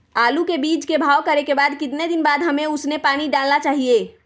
आलू के बीज के भाव करने के बाद कितने दिन बाद हमें उसने पानी डाला चाहिए?